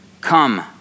Come